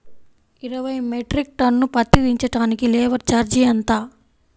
ఇరవై metric ton పత్తి దించటానికి లేబర్ ఛార్జీ ఎంత?